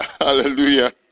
Hallelujah